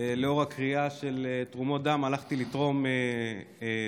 ולאור הקריאה לתרומות דם הלכתי לתרום דם.